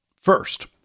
First